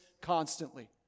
constantly